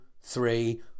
three